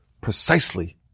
precisely